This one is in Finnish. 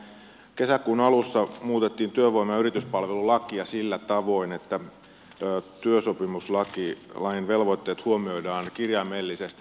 nimittäin kesäkuun alussa muutettiin työvoima ja yrityspalvelulakia sillä tavoin että työsopimuslain velvoitteet huomioidaan kirjaimellisesti